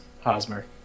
Hosmer